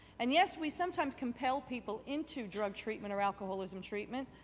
and yes, we sometimes compel people into drug treatment or alcoholism treatment,